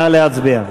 נא להצביע.